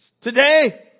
Today